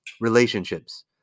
Relationships